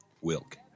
Wilk